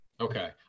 Okay